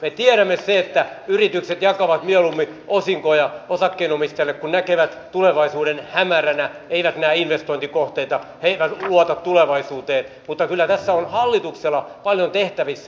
me tiedämme sen että yritykset jakavat mieluummin osinkoja osakkeenomistajille kuin näkevät tulevaisuuden hämäränä eivät näe investointikohteita eivät luota tulevaisuuteen mutta kyllä tässä on hallituksella paljon tehtävissä